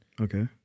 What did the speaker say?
Okay